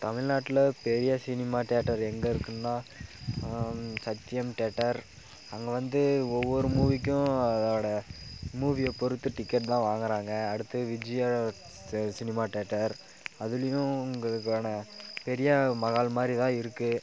தமிழ்நாட்டில் பெரிய cinema theatre எங்கே இருக்குன்னால் சத்யம் தியேட்டர் அங்கே வந்து ஒவ்வொரு மூவிக்கும் அதோடய மூவிய பொறுத்து டிக்கெட்லான் வாங்கறாங்க அடுத்து விஜயா சினிமா தியேட்டர் அதுலேயும் உங்களுக்கான பெரிய மஹால் மாதிரி தான் இருக்குது